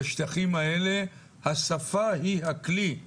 בשטחים האלה השפה היא הכלי.